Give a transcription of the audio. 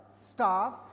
staff